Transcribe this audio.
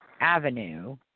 Avenue